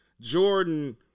Jordan